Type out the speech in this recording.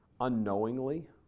unknowingly